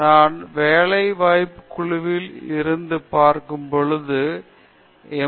நான் வேலை வாய்ப்புக் குழுவில் இருந்து பார்க்கும் பொழுது எம்